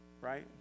right